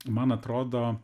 man atrodo